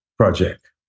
project